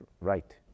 right